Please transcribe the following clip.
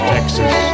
Texas